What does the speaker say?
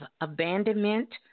abandonment